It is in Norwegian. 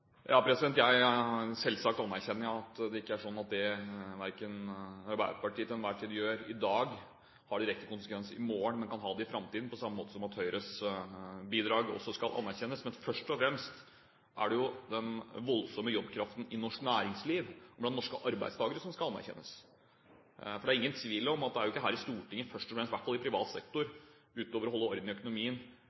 Ja, selvsagt anerkjenner jeg at det ikke er sånn at det Arbeiderpartiet til enhver tid gjør i dag, har direkte konsekvenser i morgen, men kan ha det i framtiden, på samme måte som at Høyres bidrag også skal anerkjennes. Men først og fremst er det den voldsomme jobbkraften i norsk næringsliv, blant norske arbeidstakere, som skal anerkjennes. Det er ingen tvil om at det er ikke her i Stortinget først og fremst, i hvert fall for privat sektor – utover å holde orden i økonomien